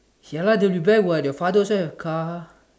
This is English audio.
ya lah they'll be back what your father also have car